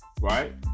right